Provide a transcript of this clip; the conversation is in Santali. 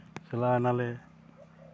ᱪᱟᱞᱟᱣᱮᱱᱟ ᱞᱮ